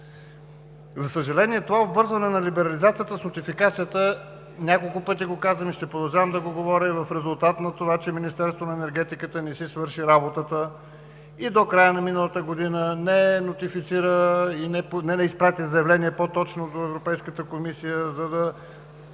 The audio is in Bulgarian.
За съжаление, това обвързване на либерализацията с нотификацията – няколко пъти го казвам и ще продължавам да го говоря – е в резултат на това, че Министерството на енергетиката не си свърши работата и до края на миналата година не изпрати заявление до Европейската комисия, за да